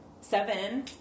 Seven